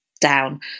down